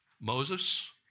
Moses